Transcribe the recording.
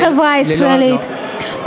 בחברה הישראלית,